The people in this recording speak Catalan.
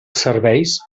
serveis